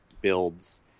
builds